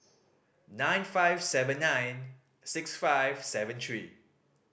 nine five seven nine six five seven three